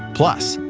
plus,